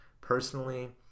Personally